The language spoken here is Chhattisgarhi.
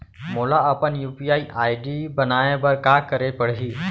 मोला अपन यू.पी.आई आई.डी बनाए बर का करे पड़ही?